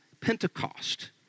pentecost